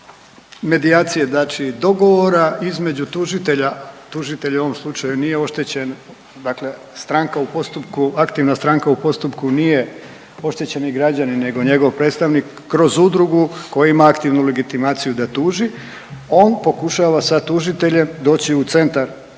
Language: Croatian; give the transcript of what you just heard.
medijacije znači dogovora između tužitelja, tužitelj u ovom slučaju nije oštećen, dakle stranka u postupku, aktivna stranka u postupku nije oštećeni građanin nego njegov predstavnik kroz udrugu koji ima aktivnu legitimaciju da tuži, on pokušava sa tužiteljem doći u centar